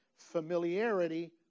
familiarity